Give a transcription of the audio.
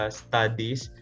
studies